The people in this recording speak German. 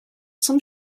zum